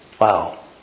Wow